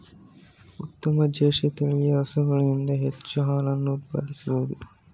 ಉತ್ತಮ ಜರ್ಸಿ ತಳಿಯ ಹಸುಗಳಿಂದ ಹೆಚ್ಚು ಹಾಲನ್ನು ಉತ್ಪಾದಿಸಬೋದು